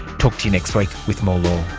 talk to you next week with more